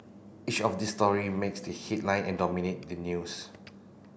each of these story makes the headline and dominate the news